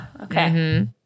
Okay